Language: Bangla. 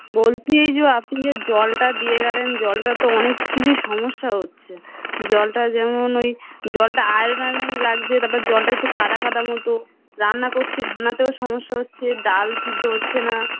বলছি এই যে আপনি যে জলটা দিয়ে গেলেন জলটা তো অনেক কিছু সমস্যা হচ্ছে জলটা যেমন ওই জলটা আয়রন লাগছে তারপর জলটা একটু কাদা কাদা মতো রান্না করছি রান্নাতেও সমস্যা হচ্ছে ডাল সিদ্ধ হচ্ছে না